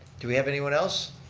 do we have anyone else